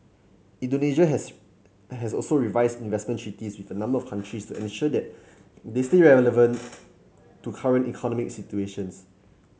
Indonesia has has also revised investment treaties with a number of countries to ensure that they stay relevant to current economic situations